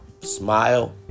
Smile